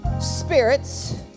spirits